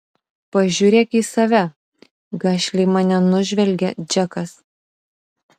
pažiūrėk į save gašliai mane nužvelgia džekas